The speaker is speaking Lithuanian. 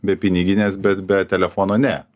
be piniginės bet be telefono ne